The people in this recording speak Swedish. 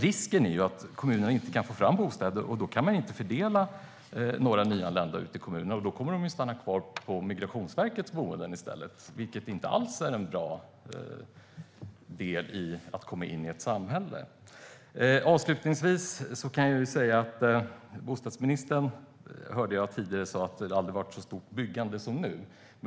Risken är att kommunerna inte kan få fram bostäder, och då går det inte att fördela några nyanlända ut till kommunerna. Då får de i stället stanna kvar på Migrationsverkets boenden, vilket inte alls är en bra lösning för att komma in i ett samhälle. Avslutningsvis: Bostadsministern sa tidigare att det aldrig har varit så stort byggande som nu.